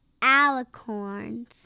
alicorns